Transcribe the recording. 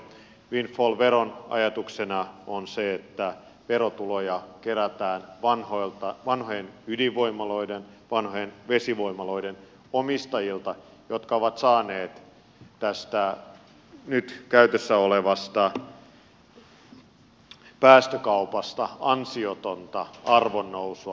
windfall veron ajatuksena on se että verotuloja kerätään vanhojen ydinvoimaloiden ja vanhojen vesivoimaloiden omistajilta jotka ovat saaneet tästä nyt käytössä olevasta päästökaupasta ansiotonta arvonnousua